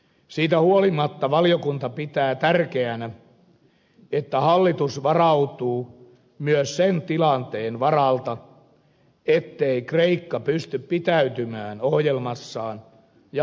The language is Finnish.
siitä huolimatta valiokunta pitää tärkeänä että hallitus varautuu myös sen tilanteen varalta ettei kreikka pysty pitäytymään ohjelmassaan ja lainoitus kes keytyy